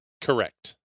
Correct